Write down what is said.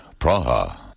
Praha